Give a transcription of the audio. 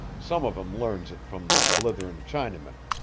some of em learns it from the blitherin chaneymen.